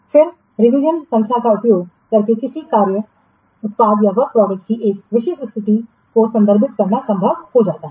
फिर रिवीजन संख्या का उपयोग करके किसी कार्य उत्पाद की एक विशिष्ट स्थिति को संदर्भित करना संभव हो जाता है